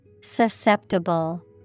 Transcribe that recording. Susceptible